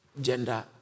gender